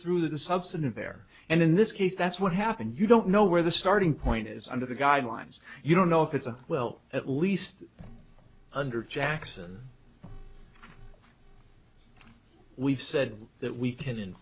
through the substance there and in this case that's what happened you don't know where the starting point is under the guidelines you don't know if it's a well at least under jackson we've said that we